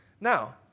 Now